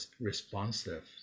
responsive